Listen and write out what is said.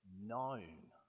known